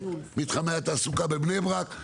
מתחמי התעסוקה בבני ברק,